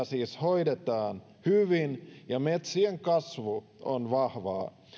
siis hoidetaan hyvin ja metsien kasvu on vahvaa